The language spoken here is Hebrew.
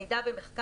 (שקף: מידע ומחקר).